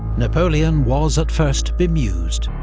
napoleon was at first bemused,